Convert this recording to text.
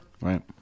Right